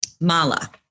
Mala